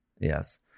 yes